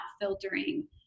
filtering